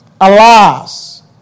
Alas